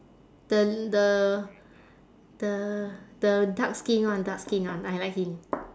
the the the the dark skin one dark skin one I like him